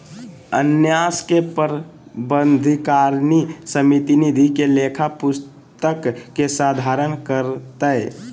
न्यास के प्रबंधकारिणी समिति निधि के लेखा पुस्तिक के संधारण करतय